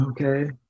okay